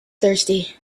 thirsty